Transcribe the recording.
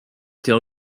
était